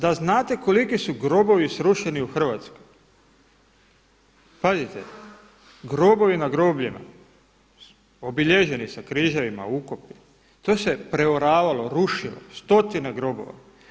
Da znate koliki su grobovi srušeni u Hrvatskoj, pazite, grobovi na grobljima obilježeni sa križevima, ukopima, to se preoravalo, rušilo, stotine grobova.